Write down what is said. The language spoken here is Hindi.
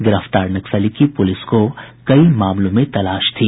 गिरफ्तार नक्सली की पुलिस को कई मामलों में तलाश थी